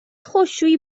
خشکشویی